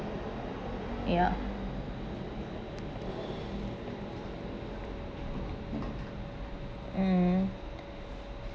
ya um